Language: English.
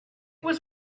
was